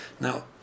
Now